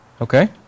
Okay